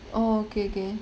orh okay okay